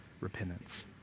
repentance